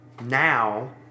now